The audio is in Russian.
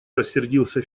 рассердился